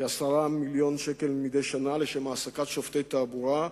כ-10 מיליוני ש"ח מדי שנה לשם העסקת שופטי תעבורה,